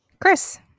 Chris